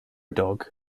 dog